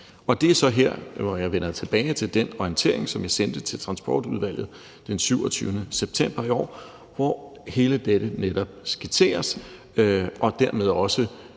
Og det er så her, hvor jeg vender tilbage til den orientering, som jeg sendte til Transportudvalget den 27. september i år, hvor alt dette netop skitseres, og dermed også